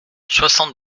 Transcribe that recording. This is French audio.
soixante